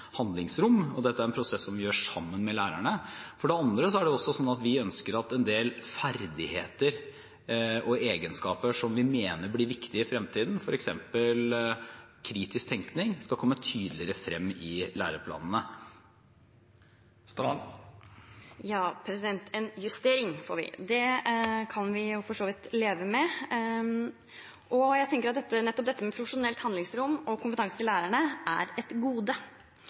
handlingsrom, og dette er en prosess som vi gjør sammen med lærerne. For det andre er det slik at vi ønsker at en del ferdigheter og egenskaper som vi mener blir viktige i fremtiden, f.eks. kritisk tenkning, skal komme tydeligere frem i læreplanene. En justering får vi. Det kan vi for så vidt leve med. Jeg tenker at nettopp dette med profesjonelt handlingsrom og kompetansen til lærerne er et gode.